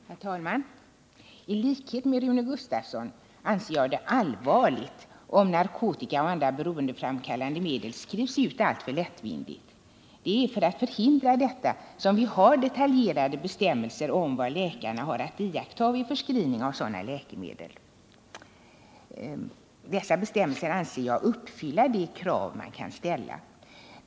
Herr talman! I likhet med Rune Gustavsson anser jag det allvarligt om narkotika och andra beroendeframkal'ande medel skrivs ut alltför lättvindigt. Det är för att förhindra detta som vi har detaljerade bestämmelser om vad läkarna har att iaktta vid förskrivning av sådana läkemedel. Dessa bestämmelser anser jag uppfylla de krav man kan ställa.